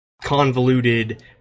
convoluted